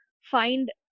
find